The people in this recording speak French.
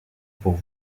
pour